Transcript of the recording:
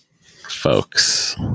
Folks